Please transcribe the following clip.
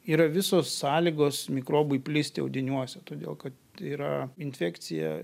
yra visos sąlygos mikrobui plisti audiniuose todėl kad yra infekcija